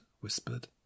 whispered